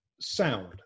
Sound